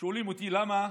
שואלים אותי למה